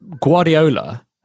Guardiola